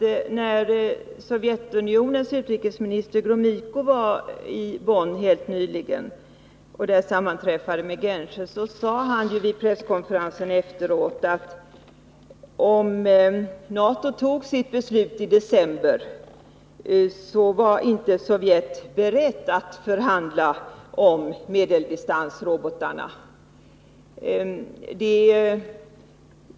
När Sovjetunionens utrikesminister Gromyko nyligen var i Bonn sade han på en presskonferens att om NATO fattade sitt beslut i december var 199 Sovjetunionen inte berett att förhandla om medeldistansrobotarna.